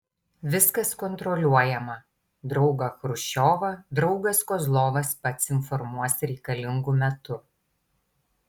viskas kontroliuojama draugą chruščiovą draugas kozlovas pats informuos reikalingu metu